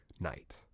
night